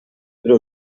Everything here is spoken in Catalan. però